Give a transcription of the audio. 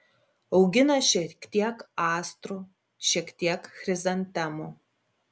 augina šiek tiek astrų šiek tiek chrizantemų